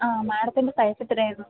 ആ മാഡത്തിൻ്റെ സൈസ് എത്രയായിരുന്നു